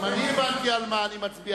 אם אני הבנתי על מה אני מצביע,